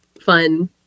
fun